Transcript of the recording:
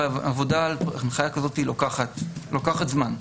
ועבודה על הנחיה כזאת לוקחת זמן.